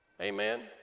Amen